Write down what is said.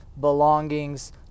belongings